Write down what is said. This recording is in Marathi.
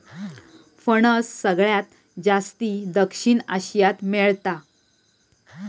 फणस सगळ्यात जास्ती दक्षिण आशियात मेळता